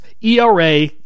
ERA